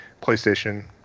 PlayStation